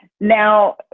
Now